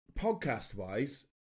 podcast-wise